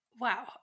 wow